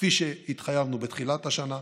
כפי שהתחייבנו בתחילת השנה.